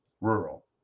Rural